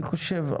אני חושב,